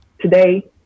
today